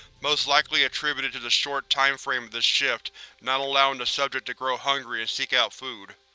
most likely attributed to the short timeframe of this shift not allowing the subject to grow hungry and seek out food.